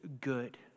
good